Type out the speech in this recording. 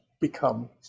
become